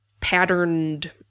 patterned